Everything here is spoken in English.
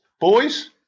boys